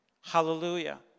Hallelujah